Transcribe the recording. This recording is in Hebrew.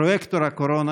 פרויקטור הקורונה,